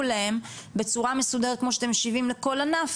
להם בצורה מסודרת כמו שאתם משיבים לכל ענף